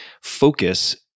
focus